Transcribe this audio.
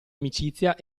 amicizia